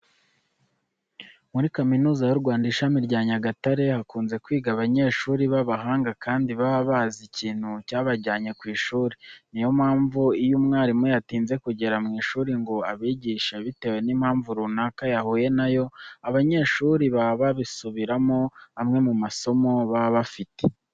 Muri Kaminuza y'u Rwanda ishami rya Nyagatare hakunze kwiga abanyeshuri b'abahanga kandi baba bazi ikintu cyabajyanye ku ishuri. Niyo mpamvu, iyo mwarimu yatinze kugera mu ishuri ngo abigishe bitewe n'impamvu runaka yahuye na yo, aba banyeshuri baba basubiramo amwe mu masomo baba bafite.